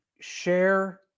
Share